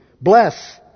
Bless